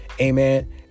amen